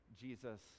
jesus